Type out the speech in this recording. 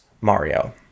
Mario